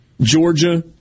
Georgia